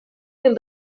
yıl